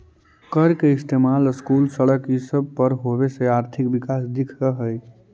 कर के इस्तेमाल स्कूल, सड़क ई सब पर होबे से आर्थिक विकास दिख हई